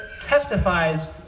testifies